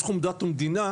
בתחום דת ומדינה,